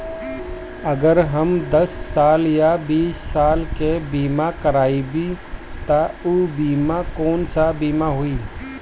अगर हम दस साल या बिस साल के बिमा करबइम त ऊ बिमा कौन सा बिमा होई?